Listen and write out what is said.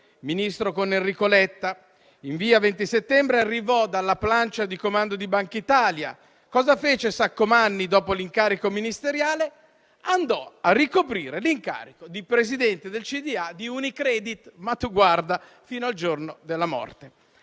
Ministro con Enrico Letta; in via XX Settembre arrivò dalla plancia di comando di Bankitalia. Cosa fece Saccomanni dopo l'incarico ministeriale? Andò a ricoprire l'incarico di presidente del consiglio di amministrazione di Unicredit - ma tu guarda - fino al giorno della morte.